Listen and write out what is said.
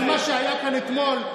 אבל מה שהיה כאן אתמול,